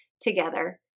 together